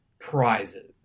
prizes